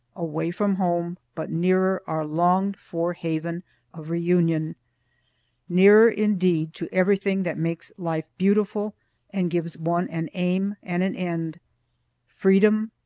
away from home, but nearer our longed-for haven of reunion nearer, indeed, to everything that makes life beautiful and gives one an aim and an end freedom,